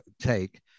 take